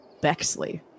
Bexley